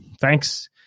Thanks